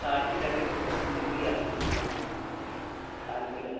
سال کی لکڑی تو بہت مہنگی آتی ہے سمجھے نا سال کی لکڑی